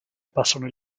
passano